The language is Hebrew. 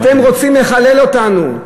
אתם רוצים לחלל אותנו.